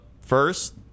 first